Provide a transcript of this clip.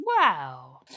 Wow